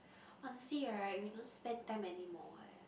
honestly right we don't spend time anymore eh